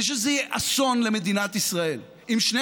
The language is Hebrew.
אני חושב שזה יהיה אסון למדינת ישראל אם שני